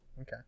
Okay